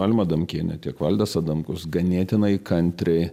alma adamkienė tiek valdas adamkus ganėtinai kantriai